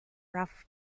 rough